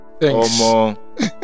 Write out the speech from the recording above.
thanks